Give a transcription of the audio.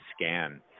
scan